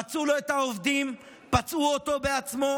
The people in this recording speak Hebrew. פצעו לו את העובדים, פצעו אותו עצמו.